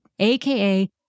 AKA